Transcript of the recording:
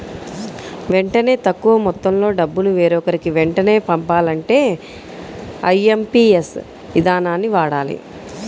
వెంటనే తక్కువ మొత్తంలో డబ్బును వేరొకరికి వెంటనే పంపాలంటే ఐఎమ్పీఎస్ ఇదానాన్ని వాడాలి